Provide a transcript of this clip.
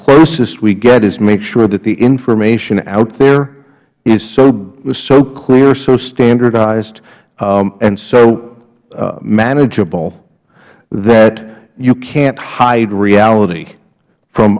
closest we get is make sure that the information out there is so clear so standardized and so manageable that you can't hide reality from